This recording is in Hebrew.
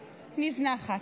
נזנחת.